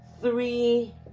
three